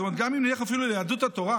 זאת אומרת, גם אם נלך אפילו ליהדות התורה,